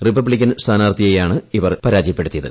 Republican സ്ഥാനാർത്ഥിയേയാണ് ഇവർ പരാജയപ്പെടുത്തിയത്